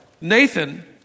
Nathan